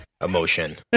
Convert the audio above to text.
emotion